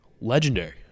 legendary